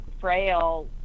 frail